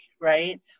right